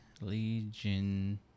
Legion